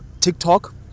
tiktok